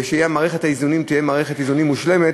ושמערכת האיזונים תהיה מערכת איזונים מושלמת,